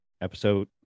episode